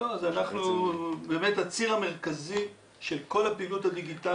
אנחנו באמת הציר המרכזי של כל הפעילות הדיגיטלית.